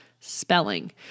spelling